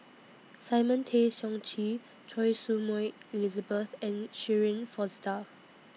Simon Tay Seong Chee Choy Su Moi Elizabeth and Shirin Fozdar